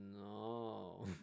no